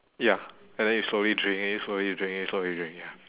ya and then you slowly drink slowly drink slowly drink ya